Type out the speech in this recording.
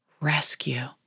rescue